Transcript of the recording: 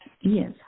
Yes